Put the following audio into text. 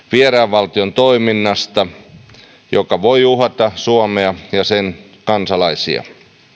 valtion toiminnasta joka voi uhata suomea ja sen kansalaisia